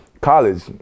College